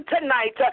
tonight